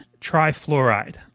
trifluoride